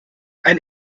ein